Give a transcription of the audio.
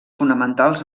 fonamentals